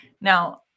Now